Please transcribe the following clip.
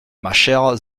machère